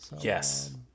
Yes